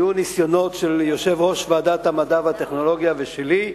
היו ניסיונות של יושב-ראש ועדת המדע והטכנולוגיה ושלי,